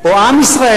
או עם ישראל,